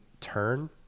turn